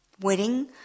wedding